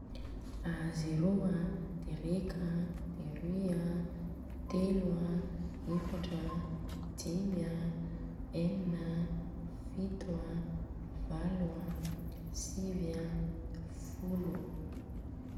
A zerô an de reka an de roy an, telo, efatra an, dimy an, enina an, fito an, valo an, sivy an, folo.